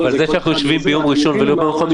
האם אנחנו מקיימים הליך ראוי?